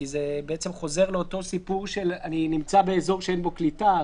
כי זה בעצם חוזר לאותו סיפור של: אני נמצא באזור שאין בו קליטה.